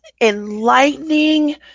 enlightening